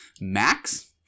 Max